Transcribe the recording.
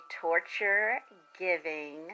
torture-giving